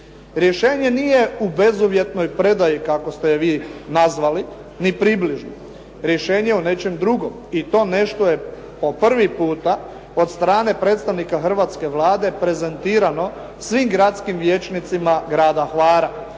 Rješenje nije u bezuvjetnoj predaji kako ste je vi nazvali ni približno. Rješenje je u nečem drugom. I to nešto je po prvi puta od strane predstavnika hrvatske Vlade prezentirano svim gradskim vijećnicima Grada Hvara,